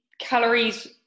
calories